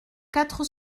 quatre